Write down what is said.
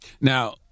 Now